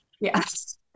yes